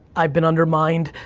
i've been undermined,